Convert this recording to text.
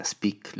Speak